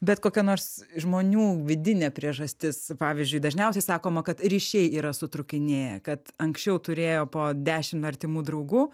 bet kokia nors žmonių vidinė priežastis pavyzdžiui dažniausiai sakoma kad ryšiai yra sutrūkinėję kad anksčiau turėjo po dešim artimų draugų